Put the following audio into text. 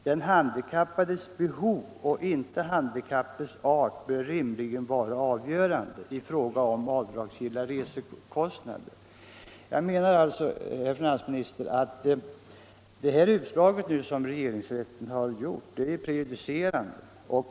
Den handikappades behov och inte handikappets art bör rimligen vara avgörande i fråga om avdragsgilla resekostnader.” Regeringsrättens utslag är prejudicerande.